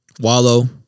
Wallow